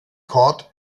court